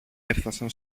έφθασαν